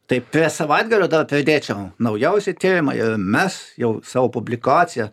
taip prie savaitgalio dar pridėčiau naujausi tyrimai ir mes jau savo publikaciją